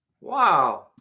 Wow